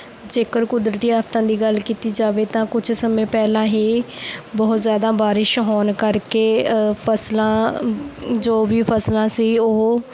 ਜੇਕਰ ਕੁਦਰਤੀ ਆਫ਼ਤਾਂ ਦੀ ਗੱਲ ਕੀਤੀ ਜਾਵੇ ਤਾਂ ਕੁਛ ਸਮੇਂ ਪਹਿਲਾਂ ਹੀ ਬਹੁਤ ਜ਼ਿਆਦਾ ਬਾਰਿਸ਼ ਹੋਣ ਕਰਕੇ ਫਸਲਾਂ ਜੋ ਵੀ ਫਸਲਾਂ ਸੀ ਉਹ